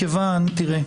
מכיוון תראה,